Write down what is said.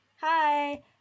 hi